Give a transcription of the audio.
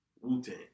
Wu-Tang